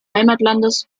heimatlandes